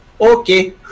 okay